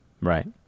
Right